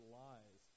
lies